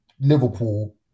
Liverpool